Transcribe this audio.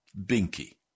Binky